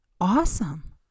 Awesome